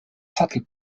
sattel